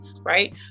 right